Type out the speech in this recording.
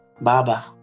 Baba